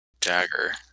dagger